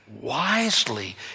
wisely